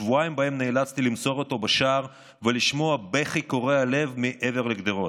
שבועיים שבהם נאלצתי למסור אותו בשער ולשמוע בכי קורע לב מעבר לגדרות.